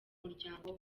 muryango